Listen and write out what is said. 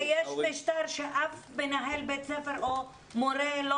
הרי יש --- שאף מנהל בית-ספר או אף מורה לא